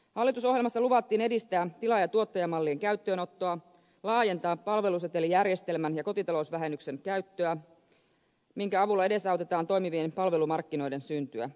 hallitusohjelmassa luvattiin edistää tilaajatuottajamallien käyttöönottoa laajentaa palvelusetelijärjestelmän ja kotitalousvähennyksen käyttöä minkä avulla edesautetaan toimivien palvelumarkkinoiden syntyä